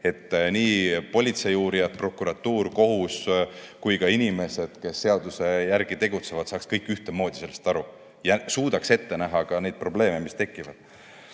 et nii politseiuurijad, prokuratuur, kohus kui ka inimesed, kes seaduse järgi tegutsevad, saaks kõik ühtemoodi sellest aru ja suudaks ette näha ka probleeme, mis võivad